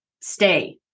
stay